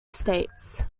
states